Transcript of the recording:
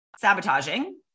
sabotaging